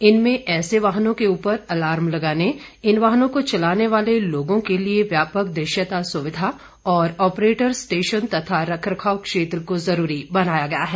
इनमें ऐसे वाहनों के ऊपर अलार्म लगाने इन वाहनों को चलाने वाले लोगों के लिए व्यापक दृश्यता सुविधा और ऑपरेटर स्टेशन तथा रख रखाव क्षेत्र को जरूरी बनाया गया है